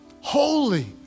holy